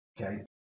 Okay